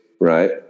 Right